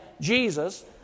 Jesus